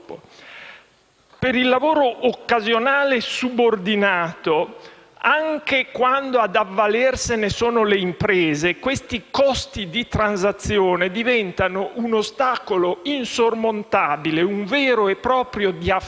Per il lavoro occasionale subordinato, anche quando ad avvalersene sono le imprese, questi costi di transazione diventano un ostacolo insormontabile, un vero e proprio diaframma